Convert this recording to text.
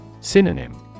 Synonym